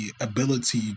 ability